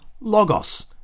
logos